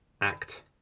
act